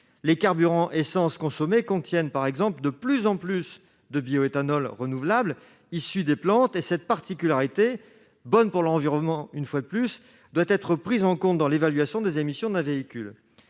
les carburants à essence consommés contiennent de plus en plus de bioéthanol renouvelable issu des plantes ; cette particularité, bonne pour l'environnement, doit être prise en compte dans l'évaluation des émissions d'un véhicule.